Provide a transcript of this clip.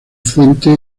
fuente